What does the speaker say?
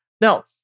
Now